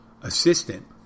assistant